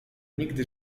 nigdy